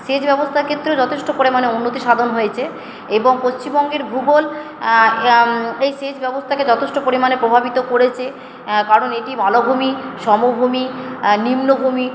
সেচ ব্যবস্থার ক্ষেত্রেও যথেষ্ট পরিমাণে উন্নতি সাধন হয়েছে এবং পশ্চিমবঙ্গের ভূগোল এই সেচ ব্যবস্থাকে যথেষ্ট পরিমাণে প্রভাবিত করেছে কারণ এটি মালভূমি সমভূমি নিম্নভূমি